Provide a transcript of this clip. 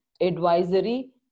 advisory